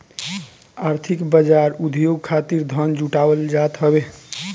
आर्थिक बाजार उद्योग खातिर धन जुटावल जात हवे